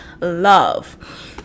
love